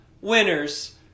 winners